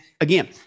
again